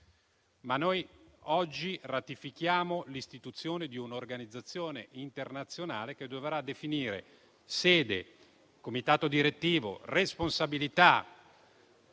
Noi oggi ratifichiamo l'istituzione di un'organizzazione internazionale che dovrà definire sede, comitato direttivo, responsabilità,